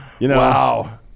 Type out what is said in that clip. Wow